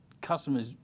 customers